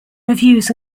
reviews